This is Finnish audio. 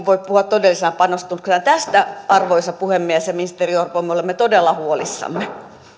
voi puhua todellisena panostuksena tästä arvoisa puhemies ja ministeri orpo me olemme todella huolissamme